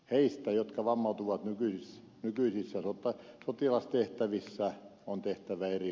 niistä jotka vammautuvat nykyisissä sotilastehtävissä on tehtävä eri laki